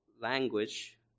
language